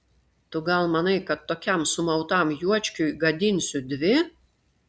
tu gal manai kad tokiam sumautam juočkiui gadinsiu dvi